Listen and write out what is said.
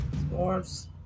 Sports